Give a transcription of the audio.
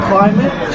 Climate